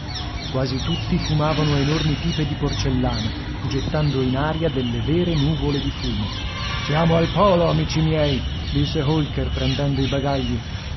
quasi tutti fumavano enormi pipe di porcellana gettando in aria delle vere nuvole di fumo siamo al polo amici miei disse holker prendendo i bagagli